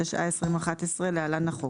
התשע"א-2011 (להלן - החוק),